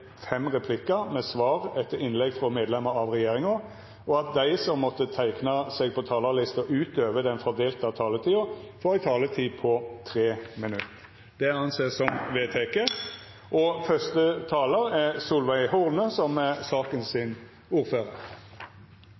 fem replikkar med svar etter innlegg frå medlemer av regjeringa, og at dei som måtte teikna seg på talarlista utover den fordelte taletida, får ei taletid på inntil 3 minutt. – Det er vedteke. Som saksordførar vil eg takke komiteen for eit veldig godt samarbeid i denne saka,